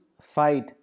fight